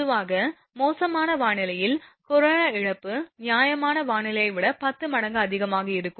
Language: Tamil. பொதுவாக மோசமான வானிலையில் கொரோனா இழப்பு நியாயமான வானிலையை விட 10 மடங்கு அதிகமாக இருக்கும்